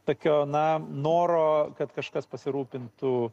tokio na noro kad kažkas pasirūpintų